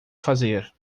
fazer